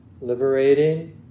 liberating